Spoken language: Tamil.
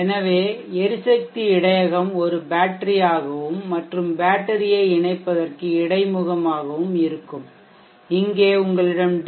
எனவே எரிசக்தி இடையகம் ஒரு பேட்டரி ஆகவும் மற்றும் பேட்டரியை இணைப்பதற்கு இடைமுகமாக இருக்கும் இங்கே உங்களிடம் டி